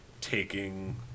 taking